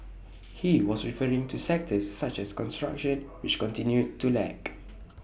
he was referring to sectors such as construction which continued to lag